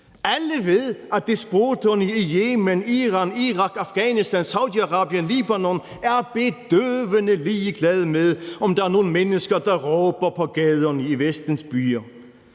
Alle ved, at despoterne i Yemen, Iran, Irak, Afghanistan, Saudi-Arabien og Libanon er bedøvende ligeglade med, om der er nogle mennesker, der råber på gaderne i Vestens byer.